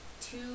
two